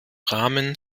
rahmen